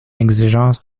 exigence